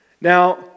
Now